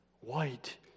white